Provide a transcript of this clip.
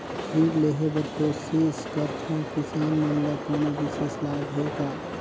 ऋण लेहे बर कोशिश करथवं, किसान मन ल कोनो विशेष लाभ हे का?